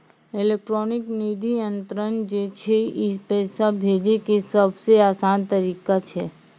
electronic निधि अन्तरन जे छै ई पैसा भेजै के सभ से असान तरिका छै